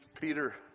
Peter